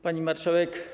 Pani Marszałek!